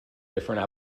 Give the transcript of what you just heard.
different